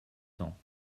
temps